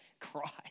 Christ